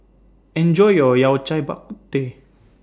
Enjoy your Yao Cai Bak Kut Teh